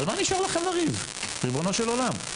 על מה נשאר לכם לריב ריבונו של עולם?